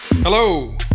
Hello